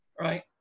right